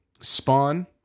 Spawn